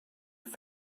have